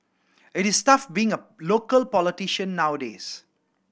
it is tough being a local politician nowadays